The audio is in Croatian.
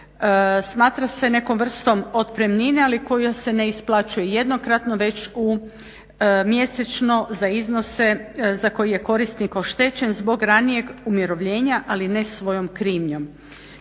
Smatra se nekom vrstom otpremnine ali koja se ne isplaćuje jednokratno već mjesečno za iznos za koji je korisnik oštećen zbog ranijeg umirovljenja ali ne svojom krivnjom.